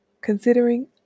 considering